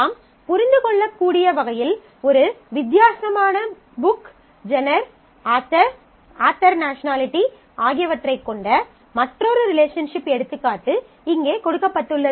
நாம் புரிந்துகொள்ளக்கூடிய வகையில் ஒரு வித்தியாசமான book genre author author nationality ஆகியவற்றைக் கொண்ட மற்றொரு ரிலேஷன்ஷிப் எடுத்துக்காட்டு இங்கே கொடுக்கப்பட்டுள்ளது